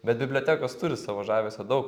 bet bibliotekos turi savo žavesio daug